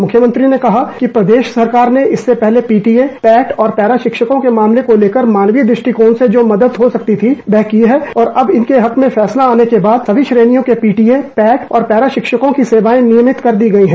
मुख्यमंत्री ने कहा कि प्रदेश सरकार ने इससे पहले पीटीए पैट और पैरा शिक्षकों के मामले को लेकर मानवीय दृष्टिकोण से जो मदद हो सकती थी वह की है और अब इनके हक में फैसला आने के बाद सभी श्रेणियों के पीटीए पैट और पैरा शिक्षकों की सेवाएं नियमित कर दी गई हैं